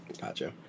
Gotcha